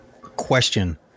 question